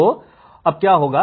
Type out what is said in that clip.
तो अब क्या होगा